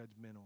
judgmental